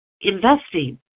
investing